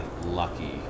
lucky